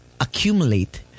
accumulate